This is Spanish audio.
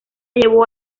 llevó